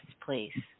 please